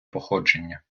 походження